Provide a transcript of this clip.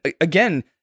again